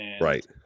Right